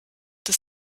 des